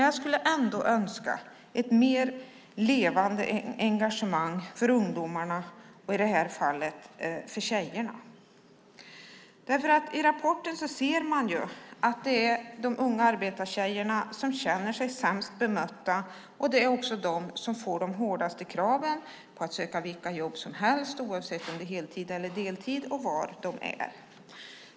Jag skulle ändå önska ett mer levande engagemang för ungdomarna och i det här fallet för tjejerna. I rapporten ser man att det är de unga arbetartjejerna som känner sig sämst bemötta. Det är också de som får de hårdaste kraven på att söka vilka jobb som helst, oavsett om det är heltid eller deltid och var de finns.